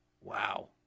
Wow